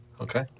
Okay